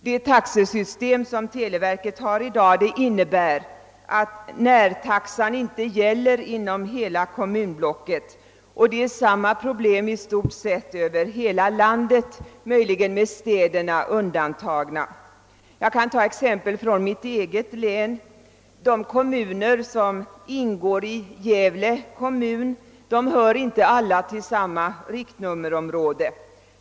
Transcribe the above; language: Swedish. Det taxesystem som televerket har i dag innebär att närtaxan inte gäller inom hela kommunblocket — och det är samma problem i stort sett över hela Jag kan ta exempel från mitt eget län. De orter som ingår i Gävle kommun hör inte alla till samma riktnummerområde.